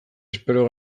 espero